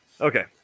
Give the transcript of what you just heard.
Okay